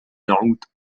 يعود